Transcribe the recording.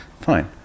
fine